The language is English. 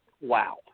wow